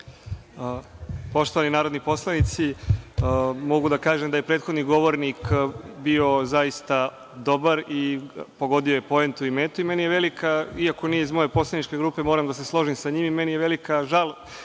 Poštovani narodni poslanici, mogu da kažem da je prethodni govornik bio zaista dobar i pogodio je poentu i metu. Iako nije iz moje poslaničke grupe, moram da se složim sa njim, velika mi žal